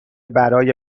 برای